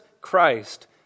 Christ